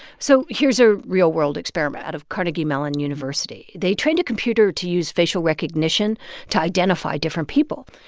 so here's a real-world experiment out of carnegie mellon university. they trained a computer to use facial recognition to identify different people.